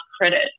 credit